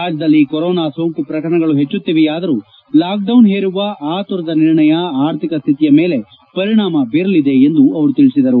ರಾಜ್ಯದಲ್ಲಿ ಕೊರೊನಾ ಸೋಂಕು ಪ್ರಕರಣಗಳು ಹೆಚ್ಚುತ್ತಿವೆಯಾದರೂ ಲಾಕ್ಡೌನ್ ಹೇರುವ ಆತುರದ ನಿರ್ಣಯ ಆರ್ಥಿಕ ಸ್ಥಿತಿ ಮೇಲೆ ಪರಿಣಾಮ ಬೀರಲಿದೆ ಎಂದು ಅವರು ತಿಳಿಸಿದರು